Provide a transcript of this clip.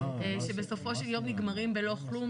שבסופו של יום נגמרים בלא כלום,